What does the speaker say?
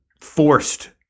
forced